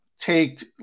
take